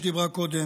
שדיברה קודם,